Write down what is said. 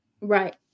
right